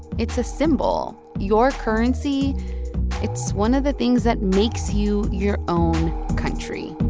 it's a symbol. your currency it's one of the things that makes you your own country